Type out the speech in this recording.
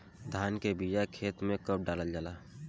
धान के बिया खेत में कब डालल जाला?